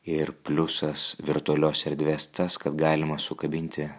ir pliusas virtualios erdvės tas kad galima sukabinti